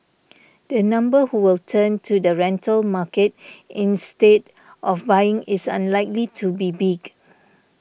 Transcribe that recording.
the number who will turn to the rental market instead of buying is unlikely to be big